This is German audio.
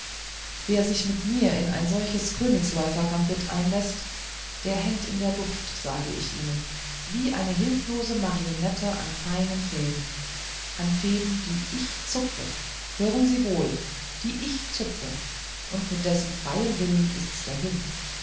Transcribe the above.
wer sich mit mir in ein solches königsläufergambit einläßt der hängt in der luft sage ich ihnen wie eine hilflose marionette an feinen fäden an fäden die ich zupfe hören sie wohl die ich zupfe und mit dessen freiem willen ist's dahin